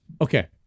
Okay